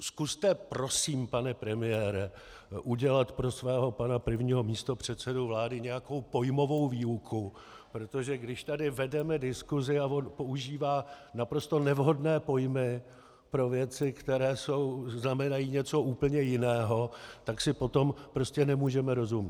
Zkuste prosím, pane premiére, udělat pro svého pana prvního místopředsedu vlády nějakou pojmovou výuku, protože když tady vedeme diskusi a on používá naprosto nevhodné pojmy pro věci, které znamenají něco úplně jiného, tak si potom nemůžeme rozumět.